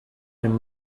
rhume